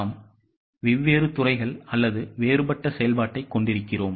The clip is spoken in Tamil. நாம் வெவ்வேறு துறைகள் அல்லது வேறுபட்ட செயல்பாட்டைக் கொண்டிருக்கிறோம்